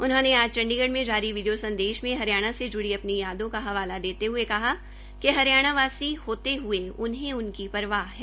उन्होंने आज चंडीगढ़ में जारी वीडिया संदेश में हरियाणा से ज्ड़ी अपनी यादों का हवाला देते हये कहा कि हरियाणवी होते हये उन्हें उनकी परवाह है